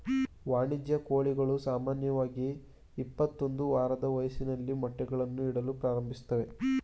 ವಾಣಿಜ್ಯ ಕೋಳಿಗಳು ಸಾಮಾನ್ಯವಾಗಿ ಇಪ್ಪತ್ತೊಂದು ವಾರದ ವಯಸ್ಸಲ್ಲಿ ಮೊಟ್ಟೆಗಳನ್ನು ಇಡಲು ಪ್ರಾರಂಭಿಸ್ತವೆ